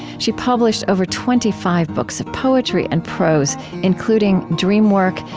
she published over twenty five books of poetry and prose including dream work,